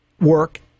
work